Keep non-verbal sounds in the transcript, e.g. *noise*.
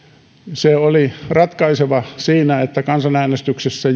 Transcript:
se oli ratkaiseva siinä että kansanäänestyksessä *unintelligible*